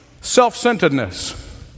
self-centeredness